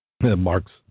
Mark's